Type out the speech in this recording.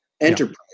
enterprise